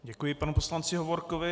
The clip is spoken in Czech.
Děkuji panu poslanci Hovorkovi.